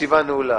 הישיבה נעולה.